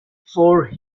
for